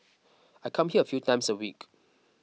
I come here a few times a week